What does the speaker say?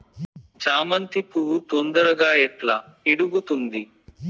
చామంతి పువ్వు తొందరగా ఎట్లా ఇడుగుతుంది?